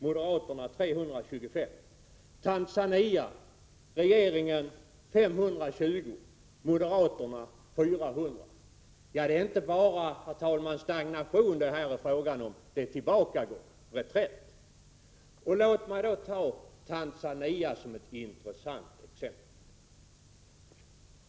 Moderaterna vill ge 325 miljoner. Regeringen vill ge 520 miljoner till Tanzania. Moderaterna vill ge 400 miljoner. Här är det inte bara fråga om stagnation. Detta innebär en tillbakagång, en reträtt. Låt mig ta Tanzania som ett intressant exempel.